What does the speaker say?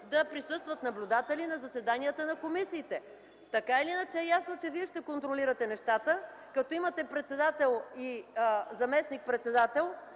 да присъстват наблюдатели на заседанията на комисиите? Така или иначе е ясно, че вие ще контролирате нещата, като имате председател и заместник-председател,